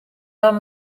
dan